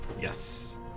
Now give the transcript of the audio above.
Yes